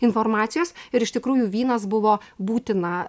informacijos ir iš tikrųjų vynas buvo būtina